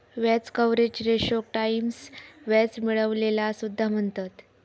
व्याज कव्हरेज रेशोक टाईम्स व्याज मिळविलेला सुद्धा म्हणतत